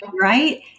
right